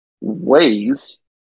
ways